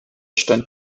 stand